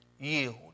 Yield